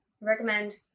Recommend